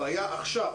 הבעיה היא עכשיו.